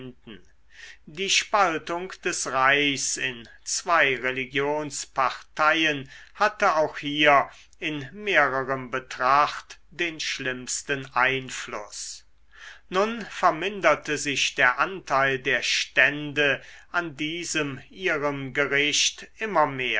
die spaltung des reichs in zwei religionsparteien hatte auch hier in mehrerem betracht den schlimmsten einfluß nun verminderte sich der anteil der stände an diesem ihrem gericht immer mehr